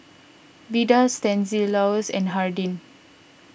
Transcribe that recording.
Beda Stanislaus and Hardin